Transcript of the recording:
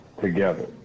together